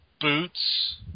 boots